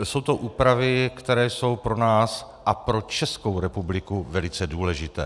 Jsou to úpravy, které jsou pro nás a pro Českou republiku velice důležité.